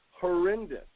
horrendous